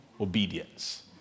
obedience